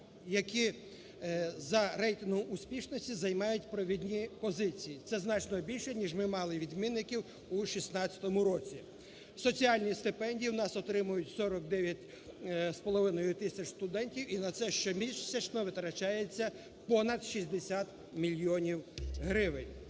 які за рейтингом успішності займають провідні позиції, це значно більше, ніж мали відмінників у 2016 році. Соціальні стипендії у нас отримують 49,5 тисяч студентів, і на це щомісячно витрачається понад 60 мільйонів гривень.